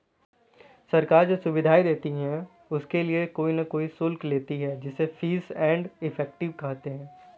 सरकार जो सुविधाएं देती है उनके लिए कोई न कोई शुल्क लेती है जिसे फीस एंड इफेक्टिव कहते हैं